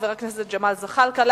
חבר הכנסת ג'מאל זחאלקה,